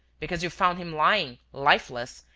because you found him lying, lifeless,